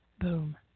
boom